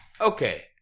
Okay